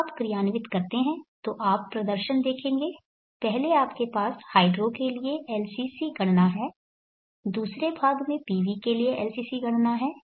जब आप क्रियान्वित करते हैं तो आप प्रदर्शन देखेंगे पहले आपके पास हाइड्रो के लिए LCC गणना है और दूसरे भाग में PV के लिए LCC गणना है